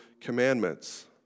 commandments